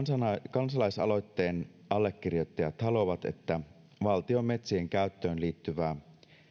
kansalaisaloitteen allekirjoittajat haluavat että valtion metsien käyttöön liittyvää